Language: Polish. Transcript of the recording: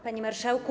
Panie Marszałku!